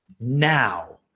Now